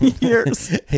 years